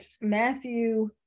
Matthew